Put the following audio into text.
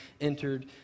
entered